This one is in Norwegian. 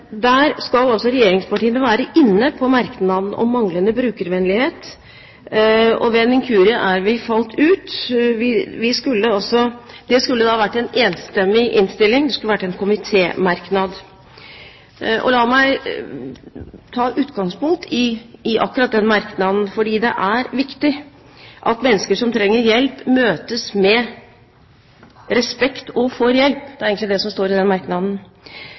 skal regjeringspartiene være med på merknaden om manglende brukervennlighet. Ved en inkurie er vi falt ut. Det skulle da ha vært en enstemmig innstilling; det skulle vært en komitémerknad. La meg ta utgangspunkt i akkurat den merknaden, for det er viktig at mennesker som trenger hjelp, møtes med respekt og får hjelp. Det er egentlig det som står i den merknaden.